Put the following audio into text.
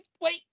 Wait